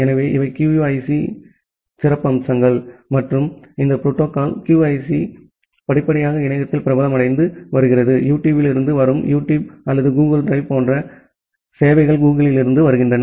எனவே இவை QUIC இன் சில அம்சங்கள் மற்றும் இந்த புரோட்டோகால் QUIC படிப்படியாக இணையத்தில் பிரபலமடைந்து வருகிறது YouTube இலிருந்து வரும் YouTube அல்லது Google Drive போன்ற பல சேவைகள் கூகிளில் இருந்து வருகின்றன